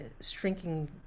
shrinking